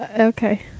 Okay